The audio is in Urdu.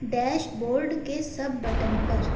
ڈیش بورڈ کے سب بٹن پر